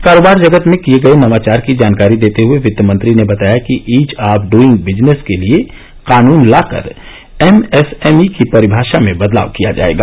कारोबार जगत में किए गए नवाचार की जानकारी देते हए वित्त मंत्री ने बताया कि ईज ऑफ डूइंग विजनेस के लिए कानून लाकर एमएसएमई की परिभाषा में बदलाव किया जायेगा